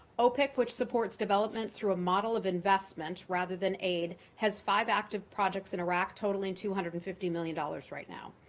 opic, which supports development through a model of investment rather than aid, has five active projects in iraq, totaling two hundred and fifty million dollars, right now.